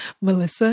Melissa